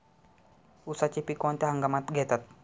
उसाचे पीक कोणत्या हंगामात घेतात?